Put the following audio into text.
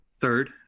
third